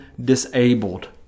disabled